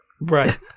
Right